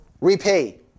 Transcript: repay